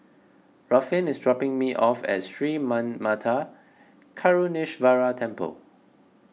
Ruffin is dropping me off at Sri Manmatha Karuneshvarar Temple